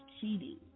cheating